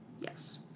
Yes